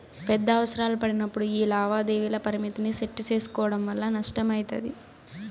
పెద్ద అవసరాలు పడినప్పుడు యీ లావాదేవీల పరిమితిని సెట్టు సేసుకోవడం వల్ల నష్టమయితది